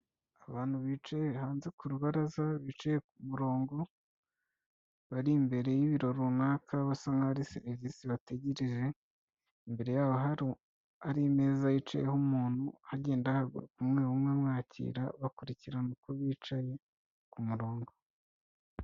Abantu bicaye hanze ku rubaraza, bicaye ku murongo, bari imbere y'ibiro runaka, basa nkaho hari serivisi bategereje, imbere yabo hari imeza yicayeho umuntu, hagenda hahaguruka umwe umwe bamwakira, bakurikirana uko bicaye ku murongo.